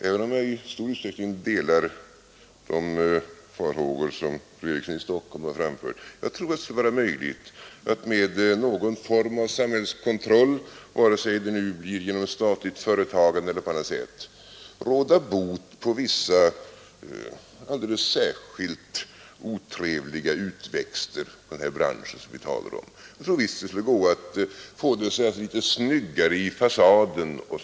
Även om jag i stor uts kning delar de farhågor som fru Eriksson i Stockholm har framfört, tror jag att det skulle vara möjligt att med någon form av samhällskontroll vare sig det nu blir genom statligt företagande eller på annat sätt — råda bot på vissa, alldeles särskilt otrevliga utväxter på den här branschen som vi talar om. Jag tror visst att det skulle gå att få det så att säga litet snyggare i fasaden.